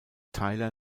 tyler